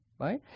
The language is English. Right